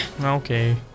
Okay